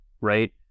right